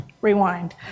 rewind